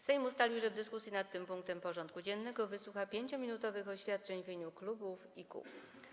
Sejm ustalił, że w dyskusji nad tym punktem porządku dziennego wysłucha 5-minutowych oświadczeń w imieniu klubów i kół.